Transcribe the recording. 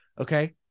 Okay